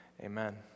amen